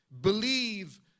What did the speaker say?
believe